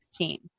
2016